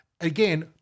Again